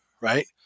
Right